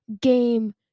Game